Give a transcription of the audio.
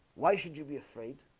why should you be afraid?